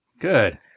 Good